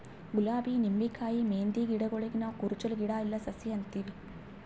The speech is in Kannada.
ಗುಲಾಬಿ ನಿಂಬಿಕಾಯಿ ಮೆಹಂದಿ ಗಿಡಗೂಳಿಗ್ ನಾವ್ ಕುರುಚಲ್ ಗಿಡಾ ಇಲ್ಲಾ ಸಸಿ ಅಂತೀವಿ